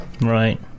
Right